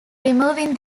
removing